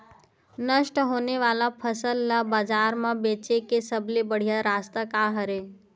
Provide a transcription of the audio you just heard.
नष्ट होने वाला फसल ला बाजार मा बेचे के सबले बढ़िया रास्ता का हरे?